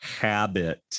habit